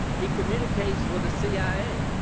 he communicates with the c i a.